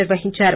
నిర్వహించారు